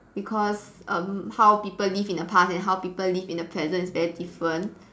because um how people live in the past and how people live in the present is very different